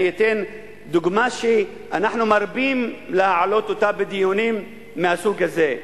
אני אתן דוגמה שאנחנו מרבים להעלות בדיונים מהסוג הזה,